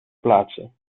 plaatsen